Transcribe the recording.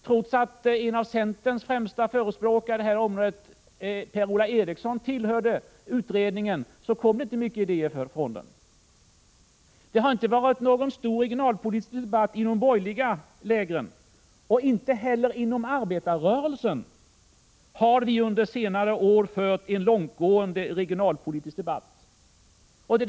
Trots att en av centerns främsta talesmän på det här området, Per-Ola Eriksson, tillhörde utredningen, kom det inte många idéer från den. Det har inte varit någon stor regionalpolitisk debatt i de borgerliga lägren, och inte heller inom arbetarrörelsen har vi under senare år fört någon långtgående regionalpolitisk debatt.